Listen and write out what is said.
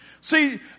See